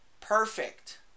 Perfect